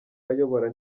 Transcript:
ayobora